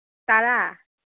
ꯇꯔꯥ